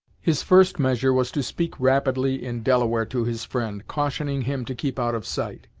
his first measure was to speak rapidly in delaware to his friend, cautioning him to keep out of sight,